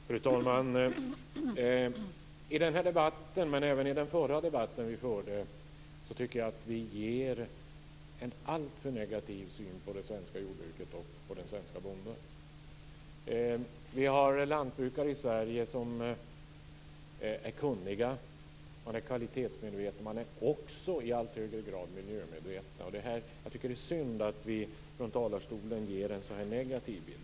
Fru talman! I den här debatten, men även i den förra debatten vi förde, tycker jag att vi ger en alltför negativ syn på det svenska jordbruket och på den svenska bonden. Vi har lantbrukare i Sverige som är kunniga, kvalitetsmedvetna och i allt högre grad miljömedvetna. Jag tycker att det är synd att vi från talarstolen ger en så negativ bild.